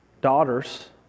daughters